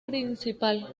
principal